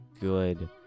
good